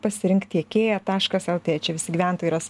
pasirink tiekėją taškas lt čia visi gyventojai ras